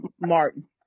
Martin